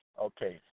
Okay